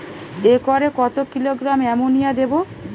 একরে কত kilogram ammonia দেবো?